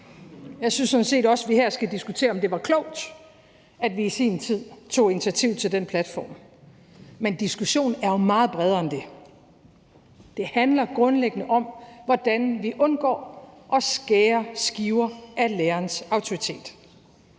set også, at vi her skal diskutere, om det var klogt, at vi i sin tid tog initiativ til den platform, men diskussionen er meget bredere end det. Det handler grundlæggende om, hvordan vi undgår at skære skiver af lærerens autoritet,